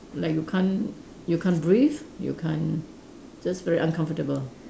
like you can't you can't breathe you can't just very uncomfortable